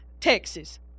Texas